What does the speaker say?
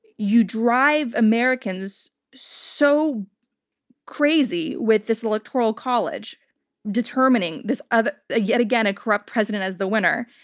you'd drive americans so crazy with this electoral college determining this, ah ah yet again, a corrupt president as the winner.